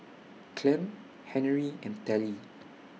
Clem Henery and Tallie